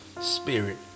Spirit